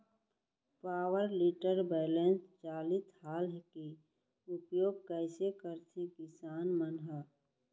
Power tiller बैलेंस चालित हल के उपयोग कइसे करथें किसान मन ह?